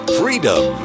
freedom